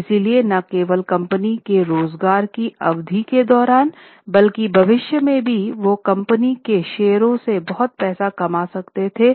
इसलिए न केवल कंपनी के रोजगार की अवधि के दौरान बल्कि भविष्य में भी वे कंपनी के शेयरों से बहुत पैसा कमा सकते थे